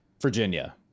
Virginia